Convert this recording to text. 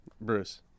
Bruce